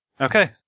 Okay